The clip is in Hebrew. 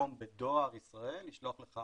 במקום בדואר ישראל, לשלוח לך